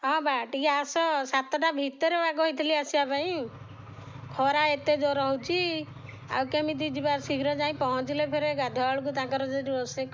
ହଁ ବା ଟିକେ ଆସ ସାତଟା ଭିତରେ ବା କହିଥିଲି ଆସିବା ପାଇଁ ଖରା ଏତେ ଜୋର ହେଉଛି ଆଉ କେମିତି ଯିବା ଶୀଘ୍ର ଯାଇ ପହଁଞ୍ଚିଲେ ଫେରେ ଗାଧୁଆବେଳକୁ ତାଙ୍କର ଯଦି ରୋଷେଇ